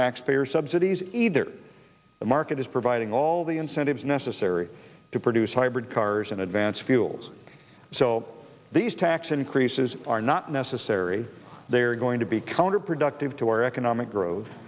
taxpayer subsidies either the market is providing all the incentives necessary to produce hybrid cars in advance fuels so these tax increases are not necessary they are going to be counterproductive to our economic growth